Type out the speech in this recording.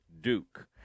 Duke